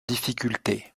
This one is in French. difficulté